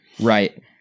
Right